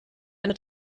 eine